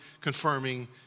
confirming